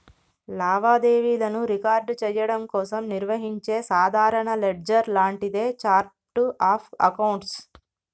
లావాదేవీలను రికార్డ్ చెయ్యడం కోసం నిర్వహించే సాధారణ లెడ్జర్ లాంటిదే ఛార్ట్ ఆఫ్ అకౌంట్స్